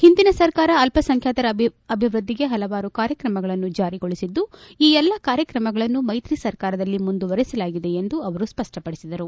ಹಿಂದಿನ ಸರ್ಕಾರ ಅಲ್ಪ ಸಂಖ್ಯಾತರ ಅಭಿವೃದ್ದಿಗೆ ಪಲವಾರು ಕಾರ್ಯತ್ರಮಗಳನ್ನು ಜಾರಿಗೊಳಿಸಿದ್ದು ಈ ಎಲ್ಲಾ ಕಾರ್ಯಕ್ರಮಗಳನ್ನು ಮೈತ್ರಿ ಸರ್ಕಾರದಲ್ಲಿ ಮುಂದುವರೆಸಲಾಗಿದೆ ಎಂದು ಅವರು ಸ್ಪಷ್ಪಪಡಿಸಿದರು